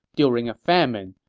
during a famine,